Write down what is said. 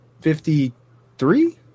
fifty-three